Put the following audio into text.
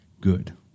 good